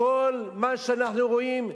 כל מה שאנחנו רואים סביבנו,